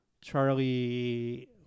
charlie